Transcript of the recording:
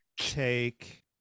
take